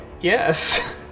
yes